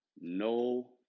no